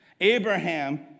Abraham